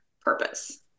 purpose